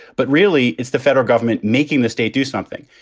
but really, it's the federal government making the state do something.